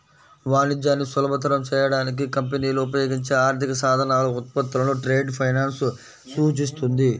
వాణిజ్యాన్ని సులభతరం చేయడానికి కంపెనీలు ఉపయోగించే ఆర్థిక సాధనాలు, ఉత్పత్తులను ట్రేడ్ ఫైనాన్స్ సూచిస్తుంది